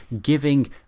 giving